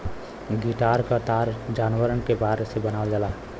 guitar क तार जानवर क बार से बनावल जाला